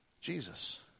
Jesus